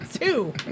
two